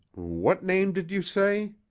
what name did you say?